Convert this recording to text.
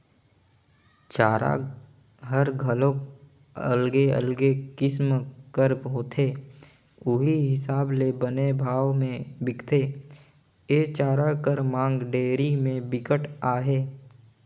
चारा हर घलोक अलगे अलगे किसम कर होथे उहीं हिसाब ले बने भाव में बिकथे, ए चारा कर मांग डेयरी में बिकट अहे